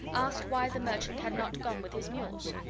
asked why the merchant had not gone with his mules.